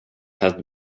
had